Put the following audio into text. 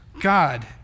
God